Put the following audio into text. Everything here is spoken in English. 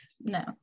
No